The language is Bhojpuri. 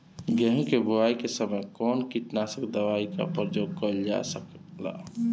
गेहूं के बोआई के समय कवन किटनाशक दवाई का प्रयोग कइल जा ला?